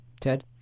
Ted